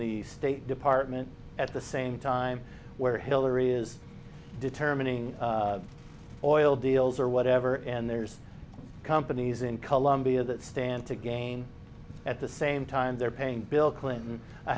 the state department at the same time where hillary is determining oil deals or whatever and there's companies in colombia that stand to gain at the same time they're paying bill clinton